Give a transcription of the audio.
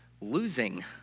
losing